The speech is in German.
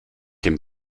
dem